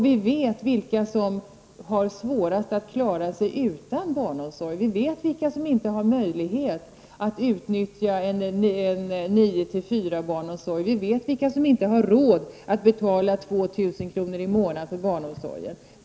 Vi vet vilka som har svårast att klara sig utan barnomsorg och vilka som inte har möjlighet att utnyttja en 9--16-barnomsorg. Vi vet vilka som inte har råd att betala 2 000 kr. i månaden för barnomsorgen.